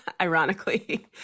ironically